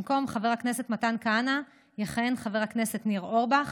במקום חבר הכנסת מתן כהנא יכהן חבר הכנסת ניר אורבך,